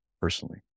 personally